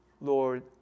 Lord